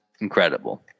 incredible